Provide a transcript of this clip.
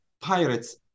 pirates